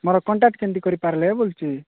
ମୋର କଣ୍ଟାକ୍ଟ କେମିତି କରିପାରିବେ ବୋଲଛି